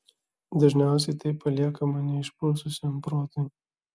dažniausiai tai paliekama neišprususiam protui